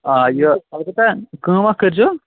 آ یہِ اَلبتہ کٲم اَکھ کٔرۍزیٚو